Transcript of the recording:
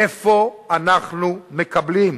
איפה אנחנו מקבלים?